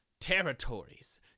Territories